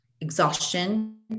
exhaustion